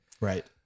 Right